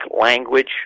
language